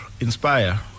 inspire